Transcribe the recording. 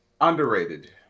Underrated